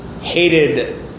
hated